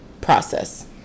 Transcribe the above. process